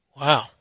Wow